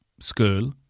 school